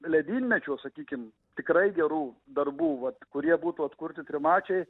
ledynmečio sakykime tikrai gerų darbų vat kurie būtų atkurti trimačiai